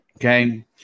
Okay